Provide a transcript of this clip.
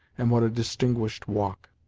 and what a distinguished walk!